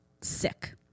Sick